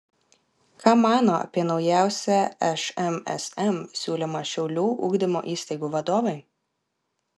ką mano apie naujausią šmsm siūlymą šiaulių ugdymo įstaigų vadovai